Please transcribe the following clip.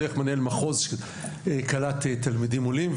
דרך מנהל מחוז שקלט תלמידים עולים,